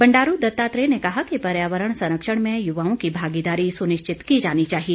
बंडारू दत्तात्रेय ने कहा कि पर्यावरण संरक्षण में युवाओं की भागीदारी सुनिश्चित की जानी चाहिए